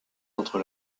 entre